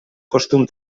costum